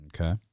Okay